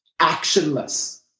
actionless